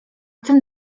ten